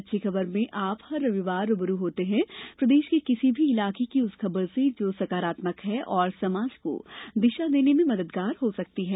अच्छी खबरमें आप हर रविवार रूबरू होते हैं प्रदेश के किसी भी इलाके की उस खबर से जो सकारात्मक है और समाज को दिशा देने में मददगार हो सकती है